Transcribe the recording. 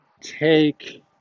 take